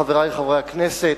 חברי חברי הכנסת,